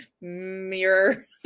mirror